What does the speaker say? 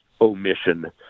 omission